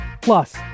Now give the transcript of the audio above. plus